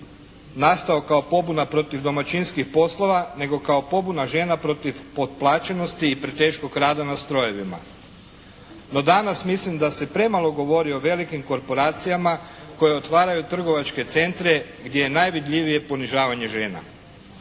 nastao kao pobuna protiv domaćinskih poslova nego kao pobuna žena protiv potplaćenosti i preteškog rada na strojevima. No, danas mislim da se premalo govori o velikim korporacijama koje otvaraju trgovačke centre gdje je najvidljivije ponižavanje žena.